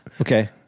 Okay